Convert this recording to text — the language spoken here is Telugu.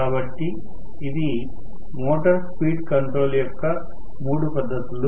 కాబట్టి ఇవి DC మోటార్ స్పీడ్ కంట్రోల్ యొక్క మూడు పద్ధతులు